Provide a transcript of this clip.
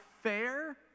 fair